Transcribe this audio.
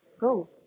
go